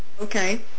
Okay